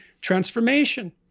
transformation